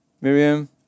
Miriam